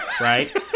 right